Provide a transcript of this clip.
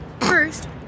First